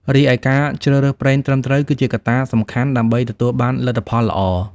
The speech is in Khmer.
រីឯ ការជ្រើសរើសប្រេងត្រឹមត្រូវ គឺជាកត្តាសំខាន់ដើម្បីទទួលបានលទ្ធផលល្អ។